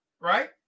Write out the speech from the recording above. right